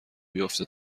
بیفته